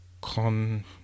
con